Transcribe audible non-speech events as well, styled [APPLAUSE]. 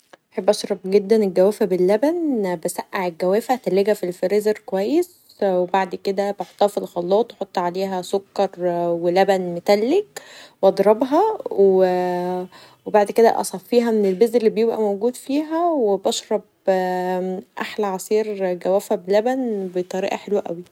بحب اشرب جدا الجوافه بلبن بسقع الجوافه بتلجها في الفريزر كويس بعد كدا بحطها في الخلاط و احط عليها سكر و لبن متلج و أضربها [HESITATION] أصفيها من البذر اللي بيبقي موجود فيها و بشرب احلي عصير جوافه بلبن بطريقه حلوه اوي.